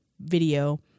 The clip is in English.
video